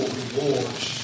rewards